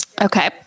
Okay